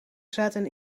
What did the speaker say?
zaten